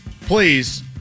please